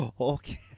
Okay